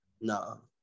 No